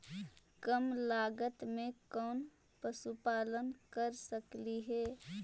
कम लागत में कौन पशुपालन कर सकली हे?